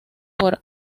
por